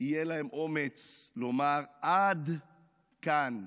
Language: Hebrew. יהיה להם אומץ לומר: עד כאן,